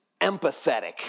empathetic